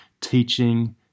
teaching